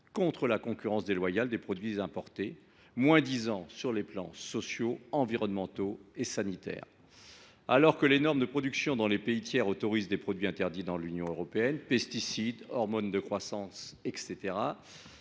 contre la concurrence déloyale des produits importés moins disants d’un point de vue social, environnemental et sanitaire. Alors que les normes de production dans les pays tiers autorisent des produits interdits dans l’Union européenne – pesticides, hormones de croissance, etc.